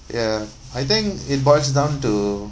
ya I think it boils down to